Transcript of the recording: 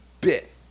bit